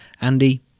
Andy